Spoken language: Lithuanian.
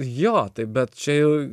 jo taip bet čia jau